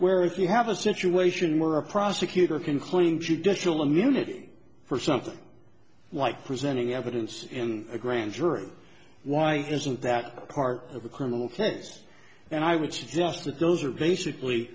where if you have a situation where a prosecutor concluding judicial immunity for something like presenting evidence in a grand jury why isn't that part of a criminal offense and i would suggest that those are basically